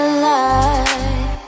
alive